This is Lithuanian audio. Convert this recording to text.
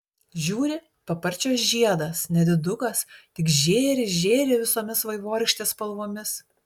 žiūri paparčio žiedas nedidukas tik žėri žėri visomis vaivorykštės spalvomis